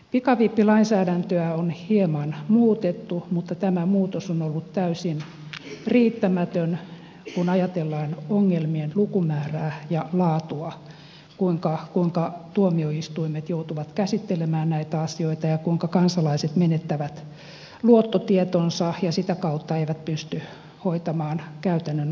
pikavippilainsäädäntöä on hieman muutettu mutta tämä muutos on ollut täysin riittämätön kun ajatellaan ongelmien lukumäärää ja laatua sitä kuinka tuomioistuimet joutuvat käsittelemään näitä asioita ja kuinka kansalaiset menettävät luottotietonsa ja sitä kautta eivät pysty hoitamaan käytännön asioita